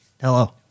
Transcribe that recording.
Hello